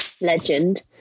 legend